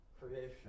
creation